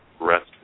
rest